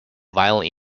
violently